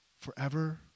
forever